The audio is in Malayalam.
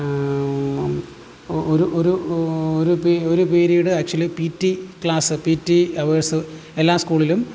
ഒരു ഒരു ഒരു പി ഒരു period actually P T class P T hours എല്ലാ സ്കൂളിലും